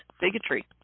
bigotry